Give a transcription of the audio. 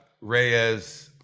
reyes